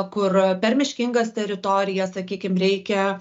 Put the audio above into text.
kur per miškingas teritorijas sakykim reikia